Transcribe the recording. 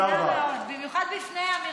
חסינה מאוד, במיוחד בפני האמירות האלה.